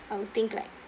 I will think like